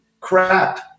crap